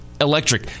electric